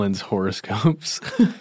horoscopes